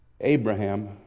Abraham